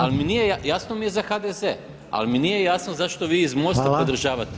Ali mi nije, jasno mi je za HDZ, ali mi nije jasno zašto vi iz MOST-a podržavate ovo.